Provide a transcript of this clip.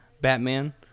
Batman